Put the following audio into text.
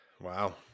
Wow